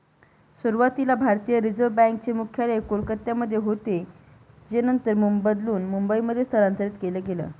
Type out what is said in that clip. सुरुवातीला भारतीय reserve bank चे मुख्यालय कोलकत्यामध्ये होतं जे नंतर बदलून मुंबईमध्ये स्थलांतरीत केलं गेलं